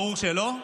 ברור שלא.